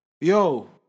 yo